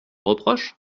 reproche